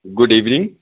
good evening